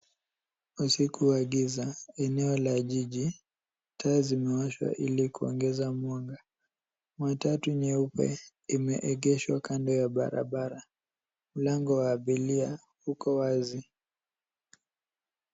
Usiku wa giza, eneo la jiji, taa zimewashwa ili kuongeza mwanga. Matatu nyeupe imeegeshwa kando ya barabara. Mlango wa abiria uko wazi.